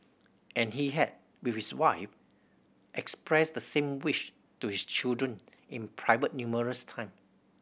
and he had with his wife expressed the same wish to his children in private numerous time